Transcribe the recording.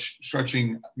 stretching